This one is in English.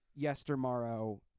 Yestermorrow